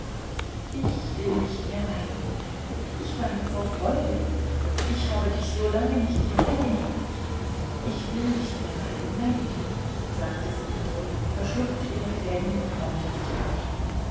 ich will nicht mehr weinen ich weine vor freude ich habe dich so lange nicht gesehen ich will nicht mehr weinen nein nein sagte sie verschluckte ihre tränen und wandte sich ab